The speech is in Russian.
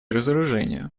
разоружению